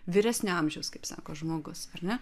vyresnio amžiaus kaip sako žmogus ar ne